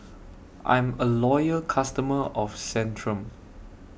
I'm A Loyal customer of Centrum